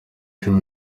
cumi